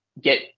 get